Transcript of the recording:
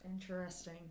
Interesting